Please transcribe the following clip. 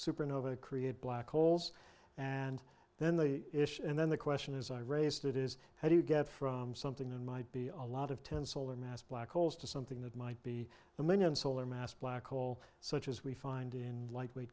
supernova create black holes and then they issue and then the question is i raised it is how do you get from something that might be a lot of ten solar mass black holes to something that might be a million solar mass black hole such as we find in li